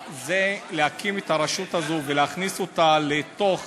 להקים את הרשות הזאת, ולהכניס אותה לתוך